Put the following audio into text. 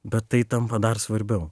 bet tai tampa dar svarbiau